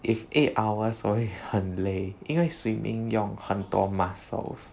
if eight hours 我会很累因为 swimming 用很多 muscles